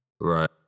right